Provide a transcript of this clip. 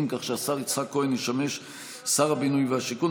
כך שהשר יצחק כהן ישמש שר הבינוי והשיכון,